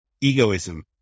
Egoism